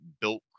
built